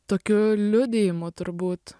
tokiu liudijimu turbūt